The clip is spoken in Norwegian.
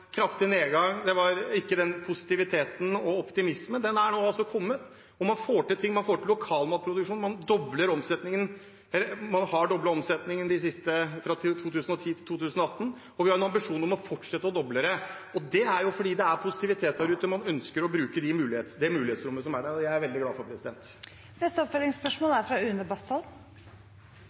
kraftig nedgang, det var ikke positivitet og optimisme. Det er nå kommet, og man får til ting. Man får til lokalmatproduksjon, man har doblet omsetningen fra 2010 til 2018, og vi har en ambisjon om å fortsette å doble det. Det er fordi det er positivitet der ute. Man ønsker å bruke det mulighetsrommet som er der, og det er jeg veldig glad for. Une Bastholm – til oppfølgingsspørsmål. Ingenting er